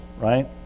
Right